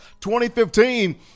2015